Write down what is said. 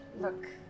look